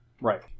Right